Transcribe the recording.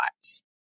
lives